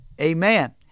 Amen